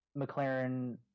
McLaren